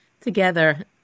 together